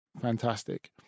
fantastic